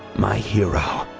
my hero.